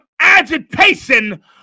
agitation